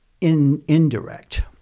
indirect